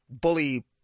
bully